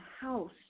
house